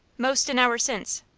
most an hour since,